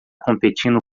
competindo